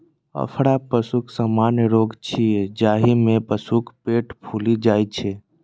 अफरा पशुक सामान्य रोग छियै, जाहि मे पशुक पेट फूलि जाइ छै